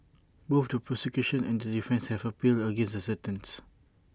both the prosecution and the defence have appealed against the sentence